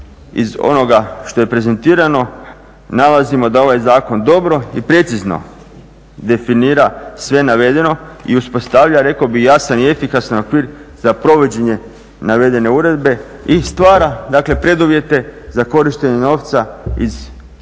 Iz onoga što je prezentirano nalazimo da ovaj zakon dobro i precizno definira sve navedeno i uspostavlja rekao bih jasan i efikasan okvir za provođenje navedene uredbe i stvara preduvjete za korištenje novca iz EU koji